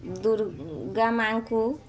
ଦୁର୍ଗା ମାଁଙ୍କୁ